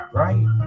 right